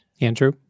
Andrew